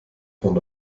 von